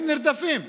הם נרדפים.